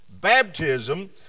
Baptism